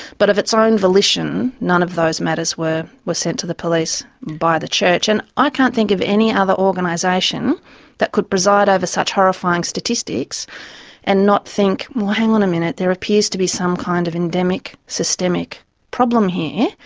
but of its own volition, none of those matters were were sent to the police by the church, and i can't think of any other organisation that could preside over such horrifying statistics and not think, well hang on a minute, there appears to be some kind of endemic, systemic problem here,